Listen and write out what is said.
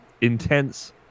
intense